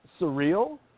surreal